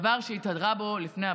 דבר שהתהדרה בו לפני הבחירות.